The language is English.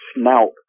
snout